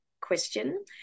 question